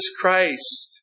Christ